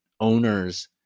owners